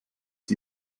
die